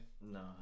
No